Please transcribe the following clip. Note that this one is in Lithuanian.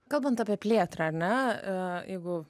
kalbant apie plėtrą ar ne jeigu